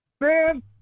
Man